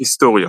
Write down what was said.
היסטוריה